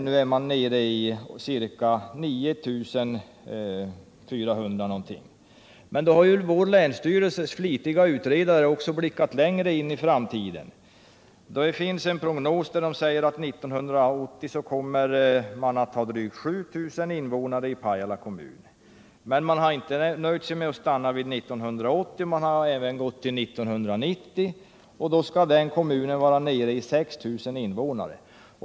Nu är man nere i ca 9 400 invånare. Men vår länsstyrelses flitiga utredare har också blickat längre in i framtiden. Det finns en prognos som säger att 1980 kommer Pajala kommun att ha drygt 7 000 invånare. Man har inte stannat vid 1980, utan man har även gått till 1990, och då skall kommunen vara nere i 6 000 invånare.